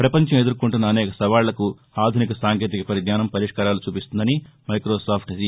పపంచం ఎదుర్కొంటున్న అనేక సవాళ్లకు ఆధునిక సాంకేతిక పరిజ్ఞానం పరిష్కారాలు చూపిస్తుందని మైకోసాఫ్ఖ్ సీ